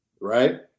right